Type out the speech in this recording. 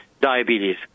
diabetes